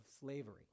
slavery